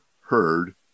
heard